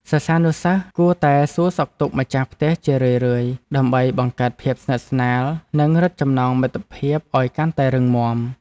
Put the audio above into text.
សិស្សានុសិស្សគួរតែសួរសុខទុក្ខម្ចាស់ផ្ទះជារឿយៗ ដើម្បីបង្កើតភាពស្និទ្ធស្នាលនិងរឹតចំណងមិត្តភាពឱ្យកាន់តែរឹងមាំ។